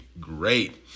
great